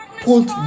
put